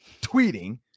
tweeting